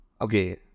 Okay